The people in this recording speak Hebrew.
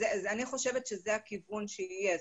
אני חושבת שזה הכיוון שיהיה.